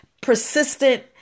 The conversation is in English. persistent